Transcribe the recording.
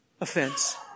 offense